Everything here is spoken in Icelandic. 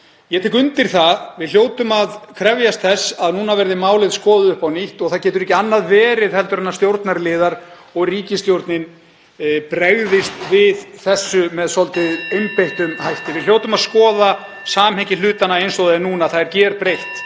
Ég tek undir það. Við hljótum að krefjast þess að núna verði málið skoðað upp á nýtt og það getur ekki annað verið en að stjórnarliðar og ríkisstjórnin bregðist við þessu með svolítið einbeittum hætti. Við hljótum að skoða samhengi hlutanna eins og það er núna. Það er gerbreytt